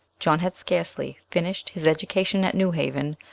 john had scarcely finished his education at new haven,